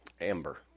Amber